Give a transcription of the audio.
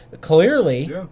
Clearly